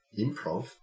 improv